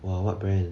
!wah! what brand